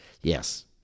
Yes